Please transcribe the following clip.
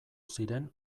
ziren